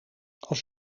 als